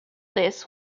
this